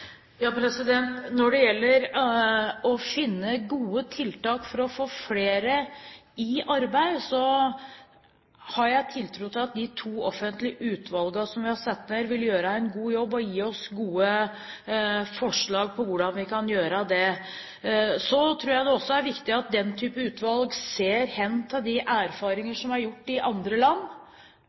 Når det gjelder å finne gode tiltak for å få flere i arbeid, har jeg tiltro til at de to offentlige utvalgene som vi har satt ned, vil gjøre en god jobb og gi oss gode forslag til hvordan vi kan gjøre det. Jeg tror også det er viktig at den type utvalg ser hen til de erfaringer som er gjort i andre land.